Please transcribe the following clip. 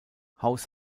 haus